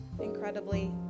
incredibly